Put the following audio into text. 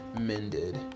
mended